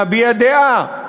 להביע דעה,